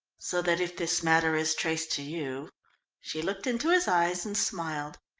so that if this matter is traced to you she looked into his eyes and smiled.